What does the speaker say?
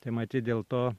tai matyt dėl to